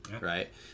right